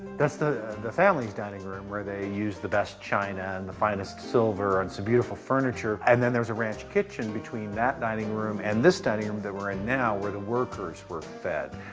that's the the family's dining room where they used the best china and the finest silver and the so beautiful furniture. and then there was a ranch kitchen between that dining room and this dining room that we're in now where the workers were fed.